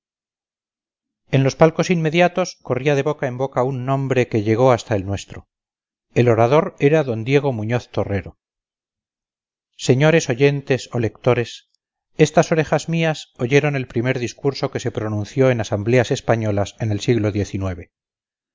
en los palcos inmediatos corría de boca en boca un nombre que llegó hasta el nuestro el orador era d diego muñoz torrero señores oyentes o lectores estas orejas mías oyeron el primer discurso que se pronunció en asambleas españolas en el siglo